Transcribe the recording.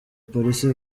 polisi